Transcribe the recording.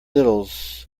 littles